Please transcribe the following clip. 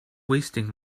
wasting